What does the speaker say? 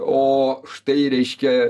o štai reiškia